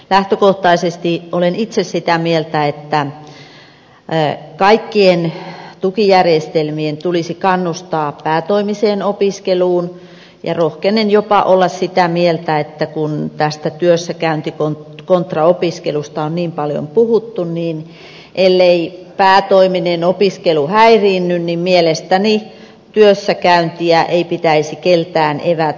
lähtökohtaisesti olen itse sitä mieltä että kaikkien tukijärjestelmien tulisi kannustaa päätoimiseen opiskeluun ja rohkenen jopa olla sitä mieltä että kun tästä työssäkäynti kontra opiskelusta on niin paljon puhuttu niin ellei päätoiminen opiskelu häiriinny niin mielestäni työssäkäyntiä ei pitäisi keltään evätä